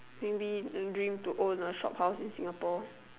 maybe dream to own a shophouse in Singapore